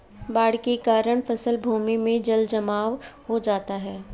बाढ़ के कारण फसल भूमि में जलजमाव हो जाता है